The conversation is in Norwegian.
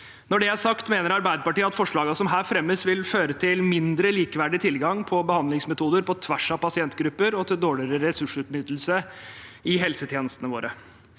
Når det er sagt: Arbeiderpartiet mener at forslagene som her fremmes, vil føre til mindre likeverdig tilgang til behandlingsmetoder på tvers av pasientgrupper og til dårligere ressursutnyttelse i helsetjenestene våre